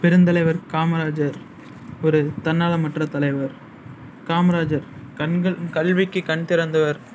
பெருந்தலைவர் காமராஜர் ஒரு தன்னலமற்ற தலைவர் காமராஜர் கண்கள் கல்விக்கு கண் திறந்தவர்